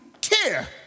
care